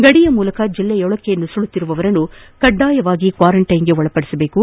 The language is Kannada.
ಗಡಿಯ ಮೂಲಕ ಜಿಲ್ಲೆಯೊಳಕ್ಕೆ ನುಸುಳುತ್ತಿರುವವರನ್ನು ಕಡ್ವಾಯ ಕ್ವಾರೆಂಟೈನ್ನಲ್ಲಿಡಬೇಕು